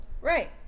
Right